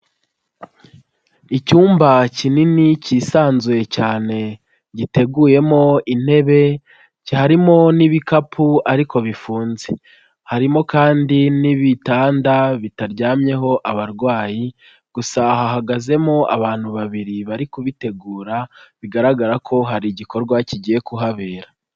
Icyumba kinini cyisanzuye cyane, giteguyemo intebe, harimo n'ibikapu ariko bifunze. Harimo kandi n'ibitanda bitaryamyeho abarwayi, gusa hahagazemo abantu babiri bari kubitegura, bigaragara ko hari igikorwa kigiye kuhabera.